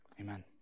amen